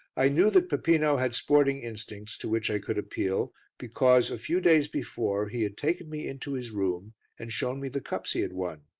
i knew that peppino had sporting instincts to which i could appeal because, a few days before, he had taken me into his room and shown me the cups he had won.